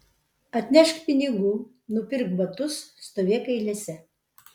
atnešk pinigų nupirk batus stovėk eilėse